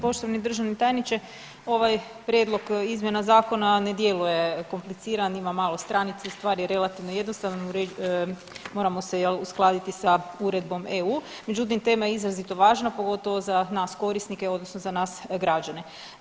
Poštovani državni tajniče, ovaj prijedlog izmjena zakona ne djeluje kompliciran ima malo stranica i stvar je relativno jednostavna, moramo se jel uskladiti s uredbom EU, međutim tema je izrazito važna pogotovo za nas korisnike odnosno za nas građane.